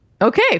Okay